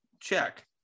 check